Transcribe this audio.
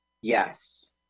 Yes